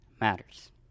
matters